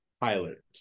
pilot